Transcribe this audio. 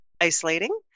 isolating